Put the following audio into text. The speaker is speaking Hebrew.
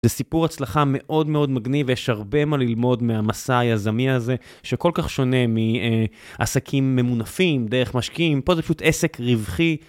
זה סיפור הצלחה מאוד מאוד מגניב ויש הרבה מה ללמוד מהמסע היזמי הזה, שכל כך שונה מא...עסקים ממונפים, דרך משקיעים, פה זה פשוט עסק רווחי,